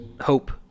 hope